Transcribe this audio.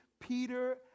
Peter